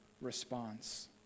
response